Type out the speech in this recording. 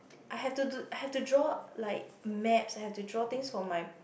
I have to to I have to draw like maps I have to draw things from my